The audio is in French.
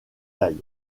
taille